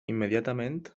immediatament